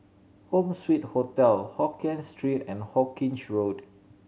Home Suite Hotel Hokien Street and Hawkinge Road